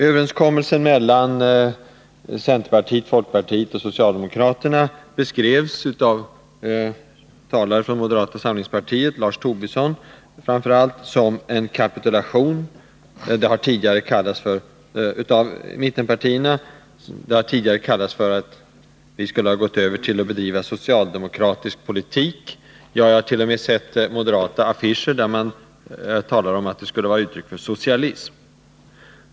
Överenskommelsen mellan centerpartiet, folkpartiet och socialdemokraterna beskrevs av talare från moderata samlingspartiet, framför allt Lars Tobisson, som en kapitulation av mittenpartierna. Tidigare har man sagt att vi skulle ha gått över till att bedriva socialdemokratisk politik. Jag har t.o.m. sett moderata affischer där man talat om att vårt ställningstagande skulle vara ett uttryck för socialism.